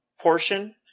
portion